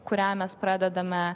kurią mes pradedame